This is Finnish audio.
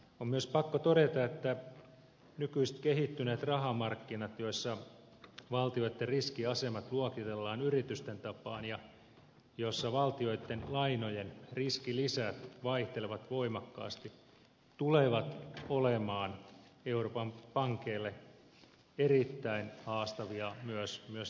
on myös pakko todeta että nykyiset kehittyneet rahamarkkinat joissa valtioitten riskiasemat luokitellaan yritysten tapaan ja joissa valtioitten lainojen riskilisät vaihtelevat voimakkaasti tulevat olemaan euroopan pankeille erittäin haastavia myös tulevaisuudessa